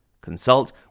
consult